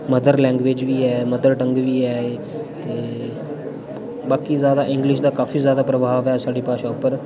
mother language बी ऐ mother tongue बी ऐ एह् ते बाकी जादा इंग्लिश दा काफी जादा प्रभाव ऐ साढ़ी भाशा उप्पर